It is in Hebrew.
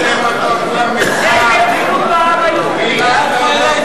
התשע"א 2010, לדיון מוקדם בוועדה שתקבע ועדת הכנסת